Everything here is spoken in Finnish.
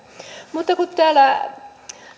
täällä